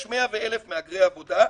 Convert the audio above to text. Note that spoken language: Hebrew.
יש 100,000 מהגרי העבודה,